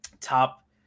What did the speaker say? top